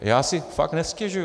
Já si fakt nestěžuji.